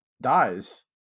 dies